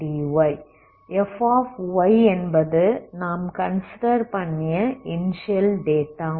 f என்பது நாம் consider பண்ணிய இனிஸியல் டேட்டா